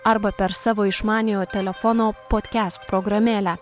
arba per savo išmaniojo telefono podcast programėlę